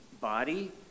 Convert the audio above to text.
body